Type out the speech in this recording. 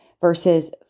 versus